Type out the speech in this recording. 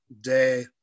day